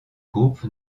groupe